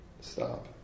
stop